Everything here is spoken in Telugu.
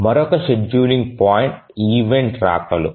మరొక షెడ్యూలింగ్ పాయింట్ ఈవెంట్ రాకలు